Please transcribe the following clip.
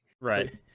Right